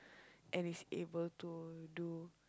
and is able to do